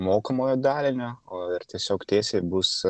mokomojo dalinio o ir tiesiog tiesiai bus